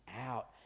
out